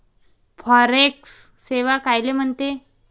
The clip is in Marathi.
फॉरेक्स सेवा कायले म्हनते?